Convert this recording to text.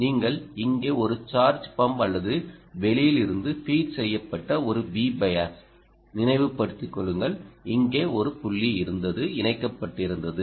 நீங்கள் இங்கே ஒரு சார்ஜ் பம்ப் அல்லது வெளியில் இருந்து ஃபீட் செய்யப்பட்ட ஒரு Vbias நினைவுபடுத்திக் கொள்ளுங்கள் இங்கே ஒரு புள்ளி இருந்தது இணைக்கப்பட்டிருந்தது